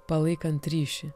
palaikant ryšį